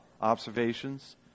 Observations